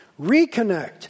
Reconnect